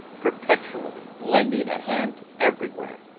perpetually lending a hand everywhere,